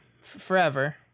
forever